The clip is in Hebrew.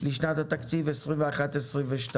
לשנות התקציב 2021 ו-2022)